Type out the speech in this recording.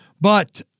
but-